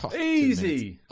easy